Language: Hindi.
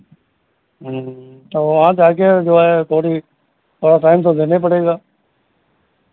ह्म्म तो वहाँ जाके जो है थोड़ी थोड़ा टाइम तो देना ही पड़ेगा